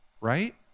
right